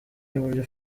y’uburyo